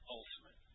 ultimate